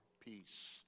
peace